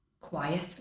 quiet